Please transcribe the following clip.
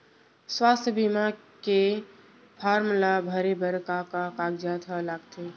स्वास्थ्य बीमा के फॉर्म ल भरे बर का का कागजात ह लगथे?